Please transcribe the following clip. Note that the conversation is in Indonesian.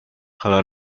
kalau